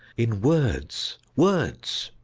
in words, words.